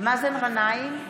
מאזן גנאים,